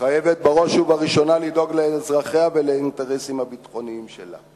חייבת בראש ובראשונה לדאוג לאזרחיה ולאינטרסים הביטחוניים שלה.